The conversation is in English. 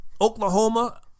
Oklahoma